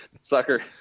sucker